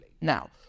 now